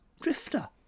drifter